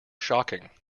shocking